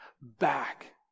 back